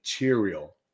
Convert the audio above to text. material